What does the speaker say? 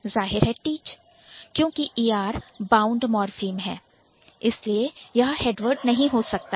जाहिर है Teach क्योंकि er बाउंड मॉर्फीम्स है इसलिए यह हेड वर्ड नहीं हो सकता है